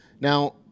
Now